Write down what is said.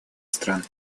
стран